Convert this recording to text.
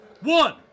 One